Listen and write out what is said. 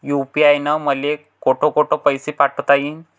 UPI न मले कोठ कोठ पैसे पाठवता येईन?